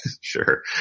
sure